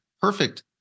perfect